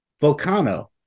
Volcano